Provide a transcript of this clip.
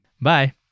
Bye